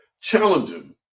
challenging